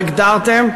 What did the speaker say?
לא הגדרתם,